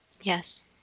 Yes